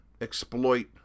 exploit